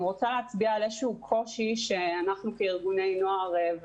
אני רוצה להצביע על איזשהו קושי שאנחנו רואים כארגוני נוער,